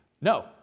No